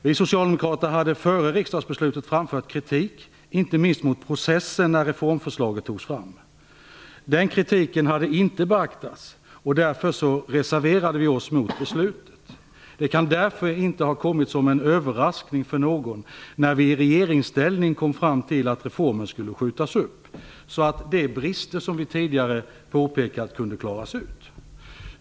Vi socialdemokrater hade före riksdagsbeslutet framfört kritik, inte minst mot processen när reformförslaget togs fram. Den kritiken hade inte beaktats och därför reserverade vi oss mot beslutet. Det kan därför inte ha kommit som en överraskning för någon när vi i regeringsställning kom fram till att reformen skulle skjutas upp så att de brister som vi tidigare påpekat kunde klaras ut.